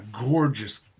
gorgeous